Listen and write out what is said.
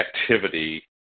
activity